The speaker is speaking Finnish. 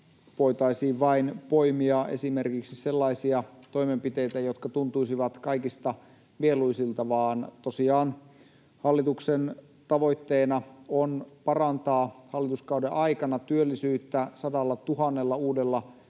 voitaisiin poimia esimerkiksi vain sellaisia toimenpiteitä, jotka tuntuisivat kaikista mieluisimmilta, vaan tosiaan hallituksen tavoitteena on parantaa hallituskauden aikana työllisyyttä 100 000 uudella työllisellä,